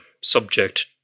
subject